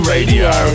Radio